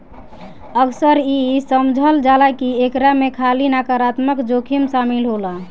अक्सर इ समझल जाला की एकरा में खाली नकारात्मक जोखिम शामिल होला